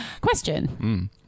Question